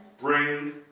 bring